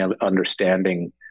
understanding